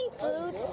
food